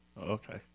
okay